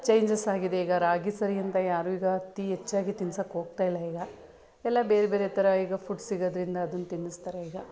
changes ಆಗಿದೆ ಈಗ ರಾಗಿ ಸರಿ ಅಂತ ಯಾರೂ ಈಗ ಅತಿ ಹೆಚ್ಚಾಗಿ ತಿನ್ಸೋಕೆ ಹೋಗ್ತಾಯಿಲ್ಲ ಈಗ ಎಲ್ಲ ಬೇರೆ ಬೇರೆ ಥರ ಈಗ ಫುಡ್ ಸಿಗೋದರಿಂದ ಅದನ್ನ ತಿನ್ನಿಸ್ತಾರೆ ಈಗ